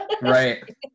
Right